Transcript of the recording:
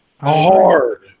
hard